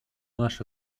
наши